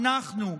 אנו,